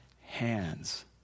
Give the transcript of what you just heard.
hands